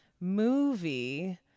movie